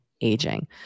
aging